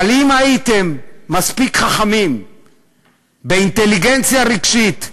אבל אם הייתם מספיק חכמים באינטליגנציה רגשית,